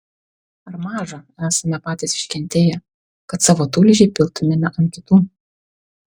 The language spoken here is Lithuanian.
ar maža esame patys iškentėję kad savo tulžį piltumėme ant kitų